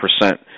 percent